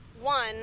One